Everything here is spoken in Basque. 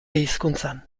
hizkuntzan